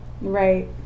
right